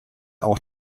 auch